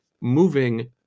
moving